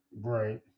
Right